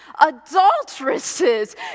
Adulteresses